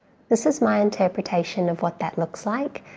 this is my interpretation of what that looks like.